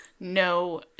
No